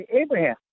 Abraham